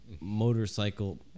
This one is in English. motorcycle